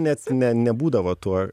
net ne nebūdavo tuo